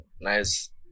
Nice